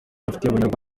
abanyarwanda